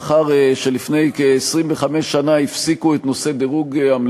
כך שיקלו הן על המבקשים לממש זכויות כספיות בדרך זו והן על